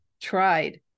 tried